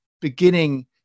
beginning